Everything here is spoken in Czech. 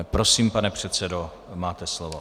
Prosím, pane předsedo, máte slovo.